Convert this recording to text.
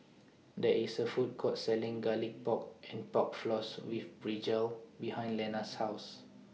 There IS A Food Court Selling Garlic Pork and Pork Floss with Brinjal behind Lenna's House